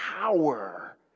power